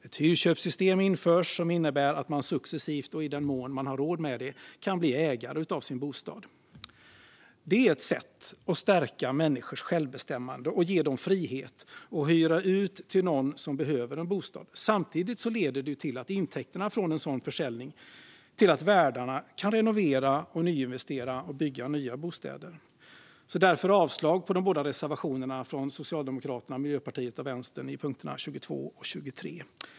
Ett hyrköpssystem införs som innebär att man successivt och i den mån man har råd med det kan bli ägare av sin bostad. Det är ett sätt att stärka människors självbestämmande och ge dem frihet att hyra ut till någon som behöver en bostad. Samtidigt leder intäkterna från en sådan försäljning till att värdarna kan renovera, nyinvestera och bygga nya bostäder. Därför yrkar jag avslag på de båda reservationerna från Socialdemokraterna, Miljöpartiet och Vänstern under punkterna 22 och 23.